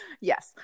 Yes